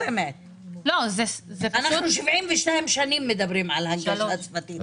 אנחנו 72 שנים מדברים על הנגשה שפתית.